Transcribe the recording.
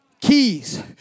Keys